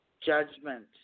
Judgment